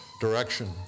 direction